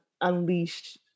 unleash